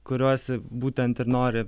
kuriuos būtent ir nori